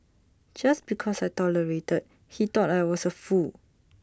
just because I tolerated he thought I was A fool